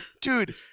Dude